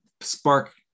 spark